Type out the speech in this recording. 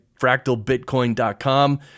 fractalbitcoin.com